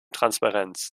transparenz